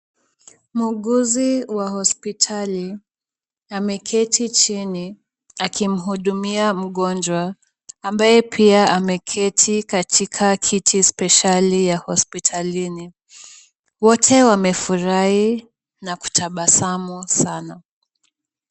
Muuguzi wa hospitali ameketi chini akimhudumia mgonjwa, ambaye pia ameketi katika kiti spesheli ya hospitalini. Wote wamefurahi na kutabasamu sana.